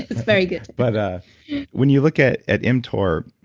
it's very good but when you look at at mtor,